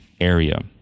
area